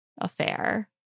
affair